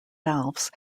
valves